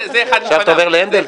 עכשיו אתה עובר להנדל?